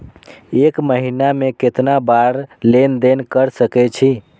एक महीना में केतना बार लेन देन कर सके छी?